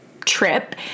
trip